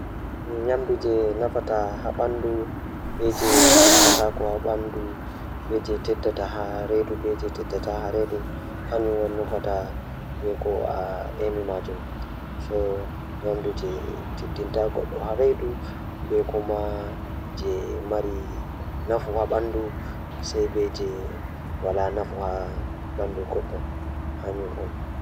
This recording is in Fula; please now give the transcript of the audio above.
Njoɓdi organic waɗi njamdi e waɗde goɗɗo naatndu, nder soɗɗi kadi daande laawol ndiyam ɗi. Njama e njoɓdi ɗi, waɗi kadi njiɗo e rewɓe ko waɗi waɗde naatndu, teeƴii heɓa hudu jeenɗi na’i, fuuɓe, kadi harande ɗi. Njoɓdi non-organic, kadi waɗi ɗi woni ɗum, ko woni waɗde ngoodi non-organic aɗaaki gollal, ngoodi rewɓe fuuɓe kadi dagal.